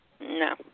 No